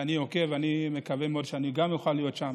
אני עוקב, אני מקווה מאוד שגם אני אוכל להיות שם.